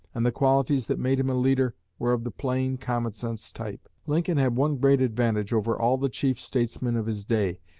and the qualities that made him a leader were of the plain, common-sense type. lincoln had one great advantage over all the chief statesmen of his day.